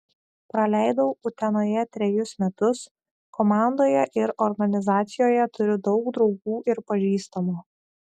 praleidau utenoje trejus metus komandoje ir organizacijoje turiu daug draugų ir pažįstamų